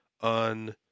on